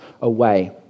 away